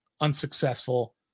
Unsuccessful